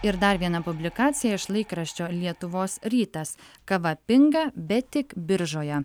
ir dar viena publikacija iš laikraščio lietuvos rytas kava pinga bet tik biržoje